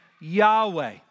Yahweh